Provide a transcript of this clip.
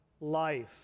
life